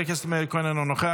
חבר הכנסת מאיר כהן, אינו נוכח,